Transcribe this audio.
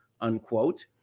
unquote